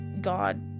God